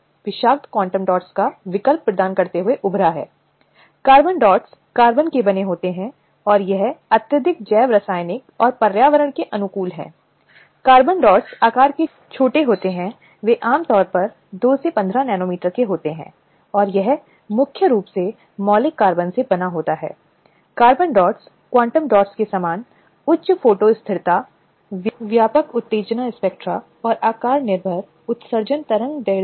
अब जो महत्वपूर्ण है वह केवल संगठित क्षेत्र का ही नहीं है बल्कि असंगठित क्षेत्र का भी है जिसे अधिनियम द्वारा ध्यान रखा गया है इसलिए यह न केवल सार्वजनिक संस्थानों के अतिरिक्त संगठित क्षेत्र है जहां महिलाएँ काम कर रही हैं जिन्हें सुरक्षा प्राप्त होगी लेकिन यहां तक कि असंगठित क्षेत्र में विशेष रूप से बोलते हुए मकान हो सकते हैं या निर्माण स्थल हो सकते हैं